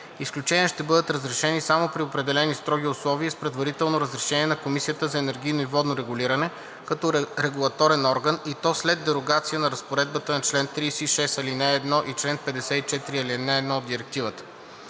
Изключения ще бъдат разрешени само при определени строги условия и с предварителното разрешение на Комисията за енергийно и водно регулиране като регулаторен орган, и то след дерогация на разпоредбата на чл. 36, ал. 1 и чл. 54, ал. 1 от Директивата.